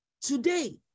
Today